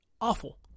Awful